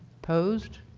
opposed?